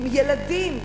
עם ילדים,